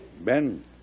Ben